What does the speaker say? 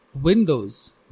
Windows